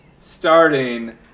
starting